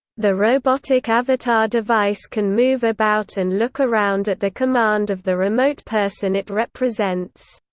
the robotic avatar device can move about and look around at the command of the remote person it represents.